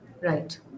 Right